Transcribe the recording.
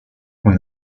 con